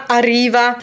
arriva